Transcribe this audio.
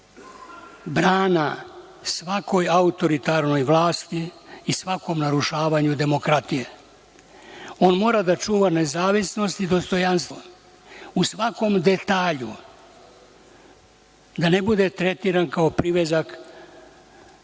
brana svakoj autoritarnoj vlasti i svakom narušavanju demokratije. On mora da čuva nezavisnost i dostojanstvo, u svakom detalju, da ne bude tretiran kao privezak upravne